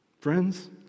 Friends